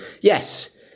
yes